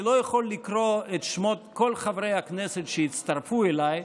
אני לא יכול לקרוא את שמות כל חברי הכנסת שהצטרפו אליי.